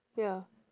ya